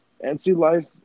anti-life